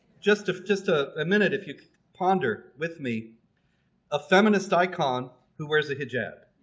just if just ah a minute if you ponder with me a feminist icon who wears a hijab